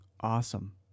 Awesome